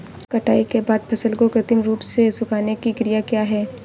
कटाई के बाद फसल को कृत्रिम रूप से सुखाने की क्रिया क्या है?